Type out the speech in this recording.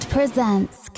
Presents